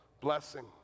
blessing